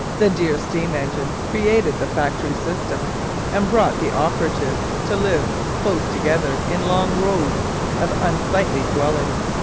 the dear steam-engine created the factory system and brought the operatives to live close together in long rows of unsightly dwellings,